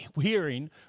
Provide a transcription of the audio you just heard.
hearing